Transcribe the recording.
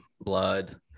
blood